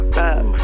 up